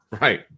Right